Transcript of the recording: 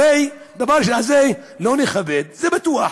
הרי את הדבר הזה לא נכבד, זה בטוח.